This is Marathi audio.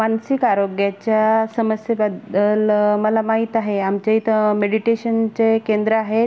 मानसिक आरोग्याच्या समस्येबद्दल मला माहीत आहे आमच्या इथं मेडिटेशनचे केंद्र आहेत